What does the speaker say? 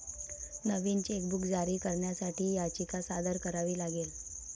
नवीन chequebook जारी करण्यासाठी याचिका सादर करावी लागेल